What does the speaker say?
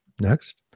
Next